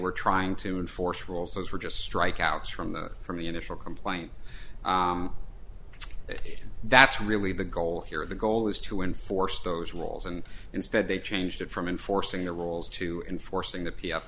were trying to enforce rules those were just strike outs from the from the initial complaint that's really the goal here the goal is to enforce those rules and instead they changed it from enforcing the rules to enforcing the p